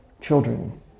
children